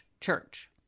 church